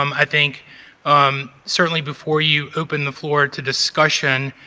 um i think um certainly before you, open the floor to discussion,